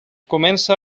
comença